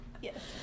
Yes